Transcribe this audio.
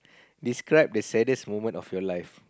describe the saddest moment of your life